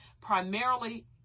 Primarily